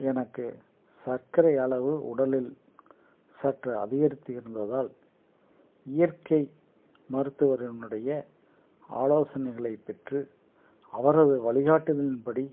எனக்கு சர்க்கரை அளவு உடலில் சற்று அதிகரித்து இருந்ததால் இயற்கை மருத்துவரினுடைய ஆலோசனைகளை பெற்று அவரது வழிகாட்டுதலின்படி